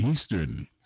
Eastern